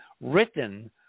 written